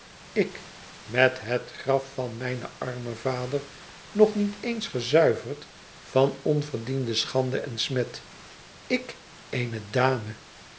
ik met het graf van mijn armen vader nog niet eens gezuiverd van onverdiende sdiande en smet ik eene dame